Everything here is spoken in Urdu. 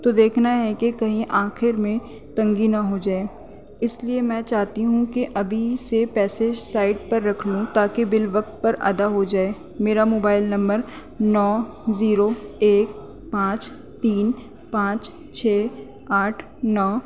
تو دیکھنا ہے کہ کہیں آخر میں تنگی نہ ہو جائے اس لیے میں چاہتی ہوں کہ ابھی سے پیسے سائٹ پر رکھ لوں تاکہ بل وقت پر ادا ہو جائے میرا موبائل نمبر نو زیرو ایک پانچ تین پانچ چھ آٹھ نو